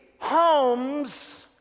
Homes